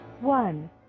one